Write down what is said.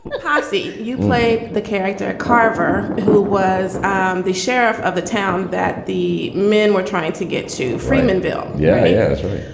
potsie you made the character carver, who was um the sheriff of the town that the men were trying to get to free mainville yeah, that's right.